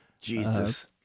Jesus